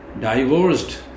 divorced